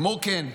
כמו כן,